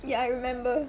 ya I remember